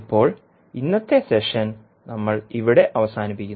ഇപ്പോൾ ഇന്നത്തെ സെഷൻ നമ്മൾ ഇവിടെ അവസാനിപ്പിക്കുന്നു